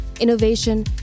innovation